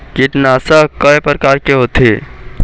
कीटनाशक कय प्रकार के होथे?